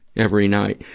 every night.